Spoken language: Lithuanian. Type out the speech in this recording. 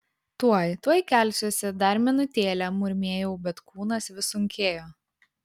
tuoj tuoj kelsiuosi dar minutėlę murmėjau bet kūnas vis sunkėjo